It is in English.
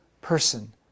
person